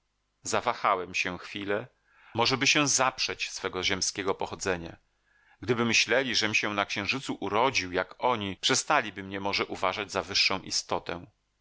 zawahałem się chwilę możeby się zaprzeć swego ziemskiego pochodzenia gdyby myśleli żem się na księżycu urodził jak oni przestaliby mnie może uważać za wyższą istotę